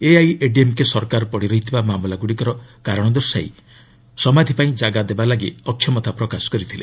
ଏଆଇଏଡିଏମ୍କେ ସରକାର ପଡ଼ିରହିଥିବା ମାମଲାଗୁଡ଼ିକର କାରଣ ଦର୍ଶାଇ ସମାଧ୍ୟପାଇଁ ଜାଗା ଦେବାଲାଗି ଅକ୍ଷମତା ପ୍ରକାଶ କରିଥିଲେ